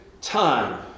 time